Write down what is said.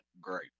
great